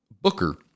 Booker